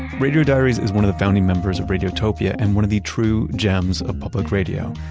radio diaries is one of the founding members of radiotopia and one of the true gems of public radio.